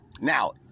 Now